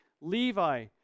Levi